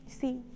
See